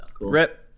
RIP